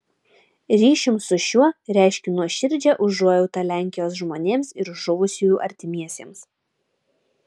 ryšium su šiuo reiškiu nuoširdžią užuojautą lenkijos žmonėms ir žuvusiųjų artimiesiems